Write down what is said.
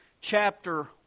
chapter